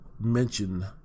mention